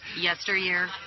Yesteryear